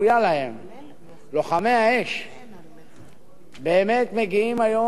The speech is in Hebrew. באמת מגיעים היום לעמוד על אותו משטח